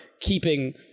keeping